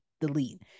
delete